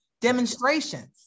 demonstrations